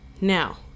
Now